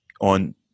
on